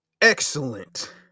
Excellent